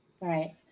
Right